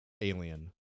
alien